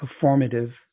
performative